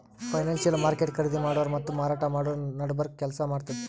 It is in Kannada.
ಫೈನಾನ್ಸಿಯಲ್ ಮಾರ್ಕೆಟ್ ಖರೀದಿ ಮಾಡೋರ್ ಮತ್ತ್ ಮಾರಾಟ್ ಮಾಡೋರ್ ನಡಬರ್ಕ್ ಕೆಲ್ಸ್ ಮಾಡ್ತದ್